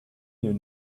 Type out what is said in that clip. you